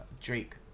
Drake